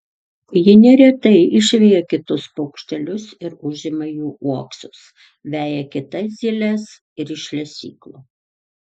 ji neretai išveja kitus paukštelius ir užima jų uoksus veja kitas zyles ir iš lesyklų